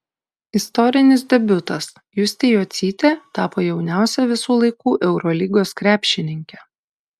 istorinis debiutas justė jocytė tapo jauniausia visų laikų eurolygos krepšininke